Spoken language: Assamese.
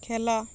খেলা